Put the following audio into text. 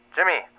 Jimmy